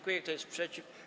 Kto jest przeciw?